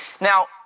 Now